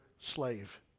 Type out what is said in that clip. slave